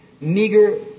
meager